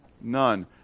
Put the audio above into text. None